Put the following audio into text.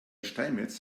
steinmetz